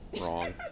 Wrong